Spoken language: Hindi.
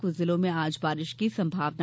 कुछ जिलों में आज बारिश की संभावना